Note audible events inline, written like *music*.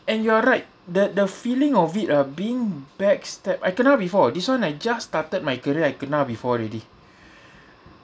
and you're right the the feeling of it uh being backstabbed I kena before this [one] I just started my career I kena before already *breath*